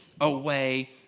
away